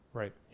right